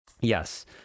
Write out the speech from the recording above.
yes